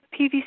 PVC